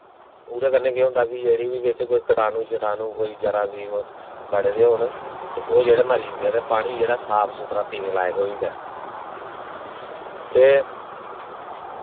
उदै कन्नै केह् होंदा कि जेह्ड़ा बी बिच्च कोई कटानू शटानू कोई जरासीम बड़े दे होन ते ओह् जेह्ड़े मरी जंदे ते पानी जेह्ड़ा साफ सुथरा पीने लाइक होई जंदा ऐ ते